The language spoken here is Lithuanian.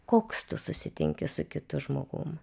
koks tu susitinki su kitu žmogum